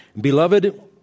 Beloved